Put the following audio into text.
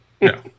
No